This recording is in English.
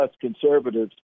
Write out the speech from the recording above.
conservatives